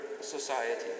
society